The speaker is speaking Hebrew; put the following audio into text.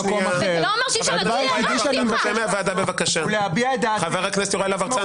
הדבר היחידי שאני מבקש זה להביע את דעתי על האירוע הזה.